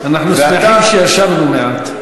אנחנו שמחים שישבנו מעט.